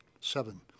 Seven